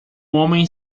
homem